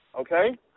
Okay